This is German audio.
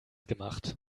gemacht